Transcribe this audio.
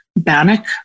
Bannock